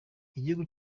igihugu